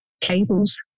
cables